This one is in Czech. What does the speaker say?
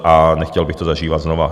A nechtěl bych to zažívat znovu.